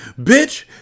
Bitch